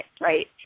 right